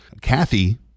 Kathy